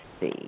see